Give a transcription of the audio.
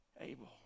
Abel